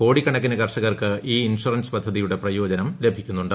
കോടിക്കണക്കിന് കർഷകർക്ക് ഈ ഇൻഷുറൻസ് പദ്ധതിയുടെ പ്രയോജനം ലഭിക്കുന്നുണ്ട്